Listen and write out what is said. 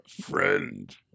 friend